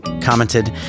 commented